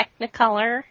Technicolor